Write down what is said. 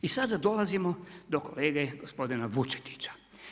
I sada dolazimo do kolege gospodina Vučetića.